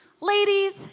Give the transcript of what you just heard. ladies